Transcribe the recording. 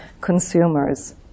consumers